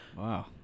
Wow